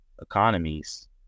economies